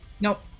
nope